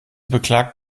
beklagt